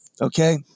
okay